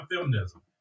feminism